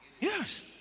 Yes